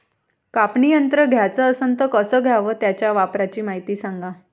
कापनी यंत्र घ्याचं असन त कस घ्याव? त्याच्या वापराची मायती सांगा